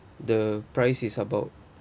the price is about